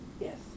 Yes